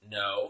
no